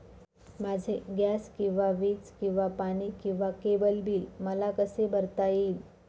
माझे गॅस किंवा वीज किंवा पाणी किंवा केबल बिल मला कसे भरता येईल?